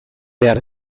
behar